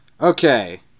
okay